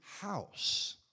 house